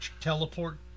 teleport